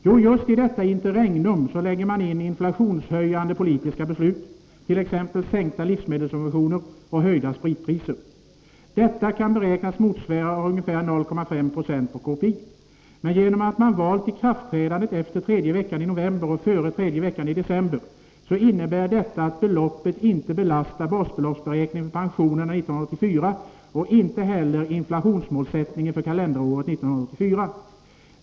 Jo, just i detta interregnum lägger man in inflationshöjande politiska beslut, t.ex. sänkta livsmedelssubventioner och höjda spritpriser. Detta kan beräknas motsvara ca 0,5 20 på KPI, men genom att man har valt att förlägga ikraftträdandet efter tredje veckan i november och före tredje veckan i december, innebär detta att beloppet inte belastar basbeloppsberäkningen för pensionerna 1984 och inte heller inflationsmålsättningen för kalenderåret 1984.